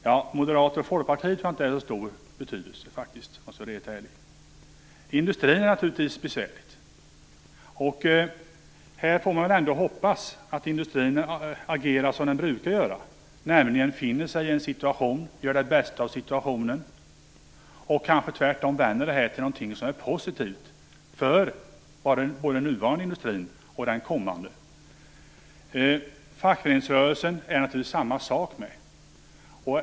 Ja, moderater och folkpartister tror jag inte har så stor betydelse faktiskt, om jag skall vara helt ärlig. Industrin är naturligtvis besvärlig. Här får man väl ändå hoppas att industrin agerar som den brukar göra, nämligen finner sig i situationen, gör det bästa av den och kanske tvärtom vänder det här till något positivt för både den nuvarande industrin och den kommande. Fackföreningsrörelsen är det naturligtvis samma sak med.